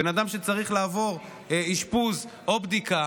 בן אדם שצריך לעבור אשפוז או בדיקה